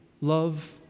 love